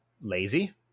lazy